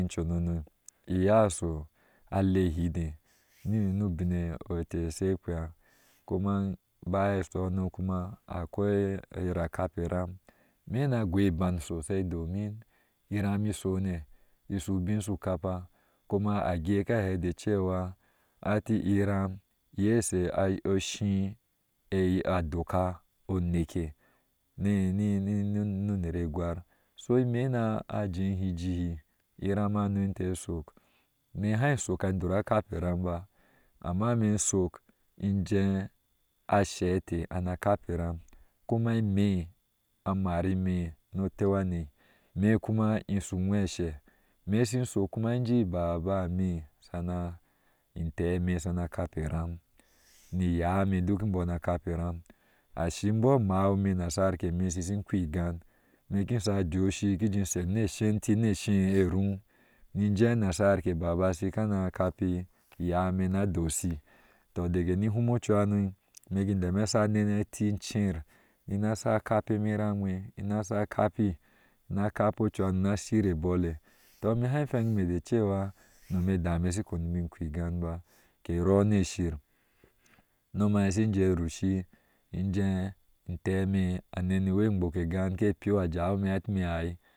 Lonono iye asho alei ihide nu ubin ete she kpia kuma baya ashoshono kuma akoi oyira akape horom ime na gɔɔi iban sosai domin iramishone ishu ubin shu kappa kuma agɛɛ ka hɛɛ de cewa hati iram iye shi. shii adoka uneke nu uner egwar, so ine na a jeehi jii, iran nano inteh she shok, ime haa ishoka dura kepe eram ubaa, amma ime ishok in jee ashe eteh ana kape iramkuma ime amar ime ni oteu hane, ime kuma inshi ugweshe, ime kuma in shok in jii baba eme shina inte eme shama kape iram ni i yeya eme duk imbɔɔ shana kape iram ashi mkbɔɔ a mawi ime nasar eme shishin kɔɔh igan ime kishai a jee oshii me kujin sher ni ashii eti oshii e ruu ninjee nasar ke baba shi kana kappi, iyeya eme shina doshi, toh dege ni ihum nu ocuhanoi ime kin deme ne ati incer ina sha kape eme iraŋe ina sha kappi ina kappi ochunano ina shire ebole toh ime hai hweŋime bin khuh igan ba ice roo nike shir uinom haai she jeeyir ushi ijee intee eme a nene wei nkgbok egan ke peu a jawi ime ati ime dae.